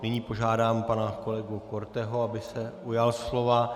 Nyní požádám pana kolegu Korteho, aby se ujal slova.